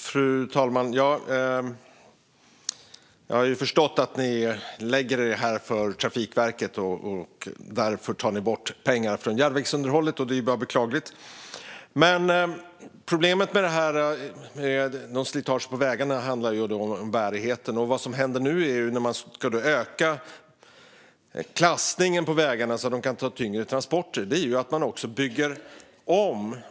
Fru talman! Ja, jag har ju förstått att ni lägger er för Trafikverket och att ni därför tar bort pengar från järnvägsunderhållet. Det är bara att beklaga. Men problemet med det här slitaget på vägarna handlar ju om bärigheten. Vad som händer nu när man ska öka klassningen på vägarna så att de kan ta tyngre transporter är att man också bygger om.